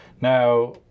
Now